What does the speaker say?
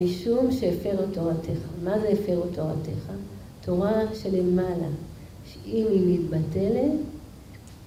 משום שהפר את תורתך. מה זה הפר את תורתך? תורה שלמעלה. שאם היא מתבטלת...